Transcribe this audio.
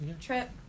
Trip